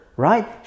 Right